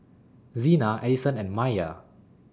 Xena Edison and Maiya